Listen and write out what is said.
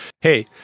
Hey